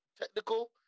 technical